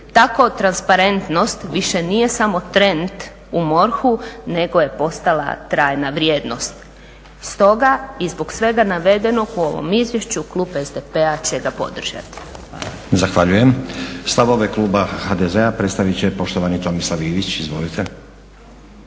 Tako transparentnost više nije samo trend u MORH-u nego je postala trajna vrijednost. Stoga i zbog svega navedenog u ovom izvješću klub SDP-a će ga podržati. Hvala. **Stazić, Nenad (SDP)** Zahvaljujem. Stavove kluba HDZ-a predstavit će poštovani Tomislav Ivić. Izvolite.